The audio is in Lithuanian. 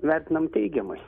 vertinam teigiamai